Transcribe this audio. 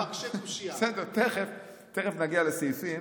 תכף נגיע לסעיפים